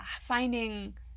Finding